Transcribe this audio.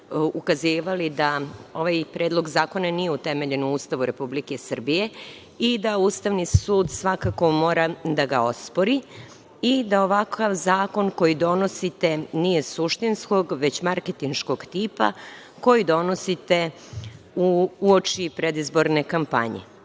ukazivali da ovaj Predlog zakona nije utemeljen u Ustavu Republike Srbije i da Ustavni sud svakako mora da ga ospori i da ovakav zakon koji donosite nije suštinskog već marketinškog tipa koji donosite uoči predizborne kampanje. Ono